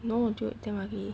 no dude damn ugly